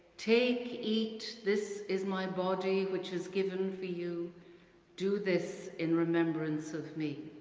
take, eat this is my body which is given for you do this in remembrance of me.